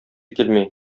килми